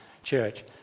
church